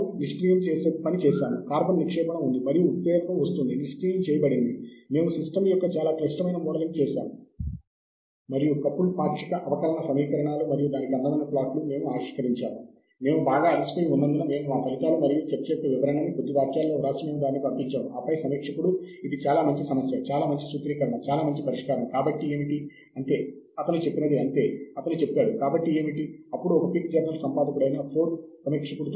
కాబట్టి మనం వ్రాయాలనుకున్నప్పుడు మనము ప్రాథమికంగా సూచనలనుసంఖ్యా పద్దతిలో నిర్వహించాలి పత్రాన్ని ప్రస్తావించే క్రమంలో ఒకదాని తరువాత ఒకటి ఉండవచ్చు లేదా కాలక్రమానుసారం లేదా అక్షర క్రమం ఆధారముగా ఉంచవచ్చు